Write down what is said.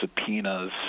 subpoenas